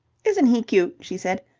isn't he cute! she said.